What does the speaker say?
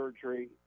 surgery